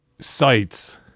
sites